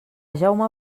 jaume